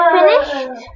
finished